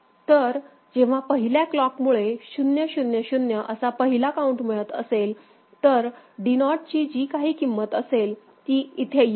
तर जेव्हा पहिल्या क्लॉक मुळे 0 0 0 असा पहिला काउंट मिळत असेल तर D नॉट ची जी काही किंमत असेल ती इथे येईल